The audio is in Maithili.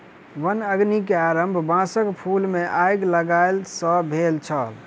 वन अग्नि के आरम्भ बांसक फूल मे आइग लागय सॅ भेल छल